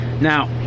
Now